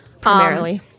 Primarily